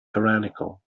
tyrannical